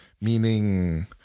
meaning